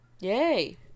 Yay